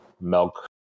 milk